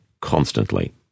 constantly